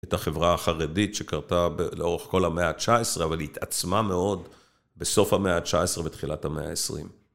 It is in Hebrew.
את החברה החרדית שקרתה לאורך כל המאה ה-19, אבל התעצמה מאוד בסוף המאה ה-19 ותחילת המאה ה-20.